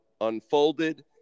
unfolded